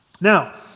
Now